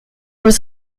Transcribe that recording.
was